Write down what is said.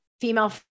female